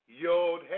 yod